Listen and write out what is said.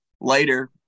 later